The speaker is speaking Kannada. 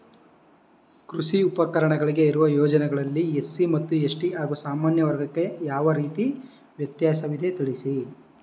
ಕೃಷಿ ಉಪಕರಣಗಳಿಗೆ ಇರುವ ಯೋಜನೆಗಳಲ್ಲಿ ಎಸ್.ಸಿ ಮತ್ತು ಎಸ್.ಟಿ ಹಾಗೂ ಸಾಮಾನ್ಯ ವರ್ಗಕ್ಕೆ ಯಾವ ರೀತಿ ವ್ಯತ್ಯಾಸವಿದೆ ತಿಳಿಸಿ?